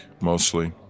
mostly